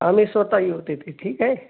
आम्ही स्वतः येऊ तिथे ठीक आहे